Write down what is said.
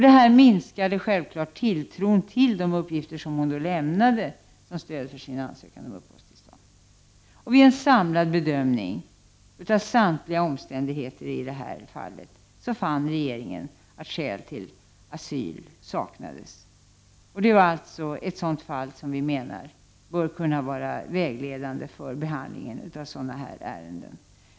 Det här minskade självfallet tilltron till de uppgifter som kvinnan läm nade som stöd för sin ansökan om att få uppehållstillstånd. Vid en samlad bedömning av samtliga omständigheter i detta fall fann regeringen att skäl till asyl saknades. Det är ett sådant fall som vi menar bör kunna vara vägledande för behandlingen av sådana här ärenden.